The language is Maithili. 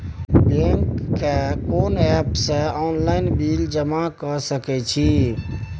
बैंक के कोन एप से ऑनलाइन बिल जमा कर सके छिए?